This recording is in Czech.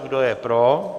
Kdo je pro?